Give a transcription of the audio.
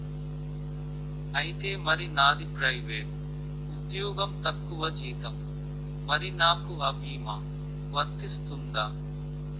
ఐతే మరి నాది ప్రైవేట్ ఉద్యోగం తక్కువ జీతం మరి నాకు అ భీమా వర్తిస్తుందా?